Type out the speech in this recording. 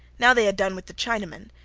now they had done with the chinamen,